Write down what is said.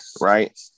right